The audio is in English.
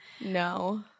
No